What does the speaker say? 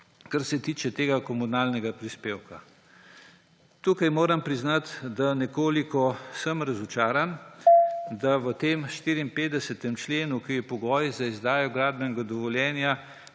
kar se tiče tega komunalnega prispevka. Moram priznati, da sem tukaj nekoliko razočaran, da v tem 54. členu, ki je pogoj za izdajo gradbenega dovoljenja,